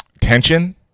tension